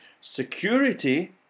Security